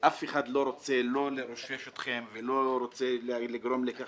אף אחד לא רוצה לא לרושש אתכם ולא רוצה לגרום לכך